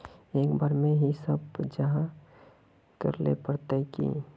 एक बार में ही सब पैसा जमा करले पड़ते की?